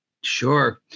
Sure